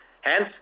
Hence